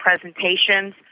presentations